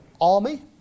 army